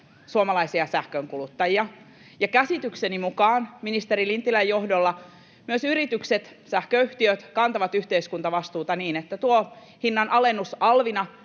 suomalaisia sähkönkuluttajia, ja käsitykseni mukaan ministeri Lintilän johdolla myös yritykset, sähköyhtiöt, kantavat yhteiskuntavastuuta niin, että tuo hinnanalennus alvina